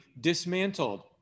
dismantled